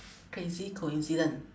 crazy coincidence